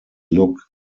look